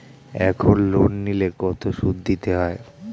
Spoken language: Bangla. এখন লোন নিলে কত সুদ দিতে হয়?